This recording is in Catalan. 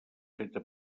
feta